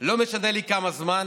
אדוני ראש הממשלה,